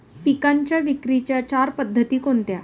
पिकांच्या विक्रीच्या चार पद्धती कोणत्या?